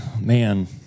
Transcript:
man